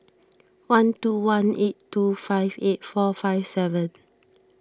one two one eight two five eight four five seven